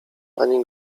pani